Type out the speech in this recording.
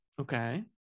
Okay